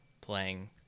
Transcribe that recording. playing